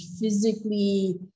physically